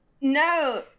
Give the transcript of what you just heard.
no